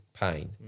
pain